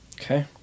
Okay